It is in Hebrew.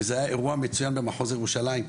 זה היה אירוע מצוין במחוז ירושלים,